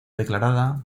declarada